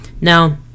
now